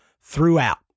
throughout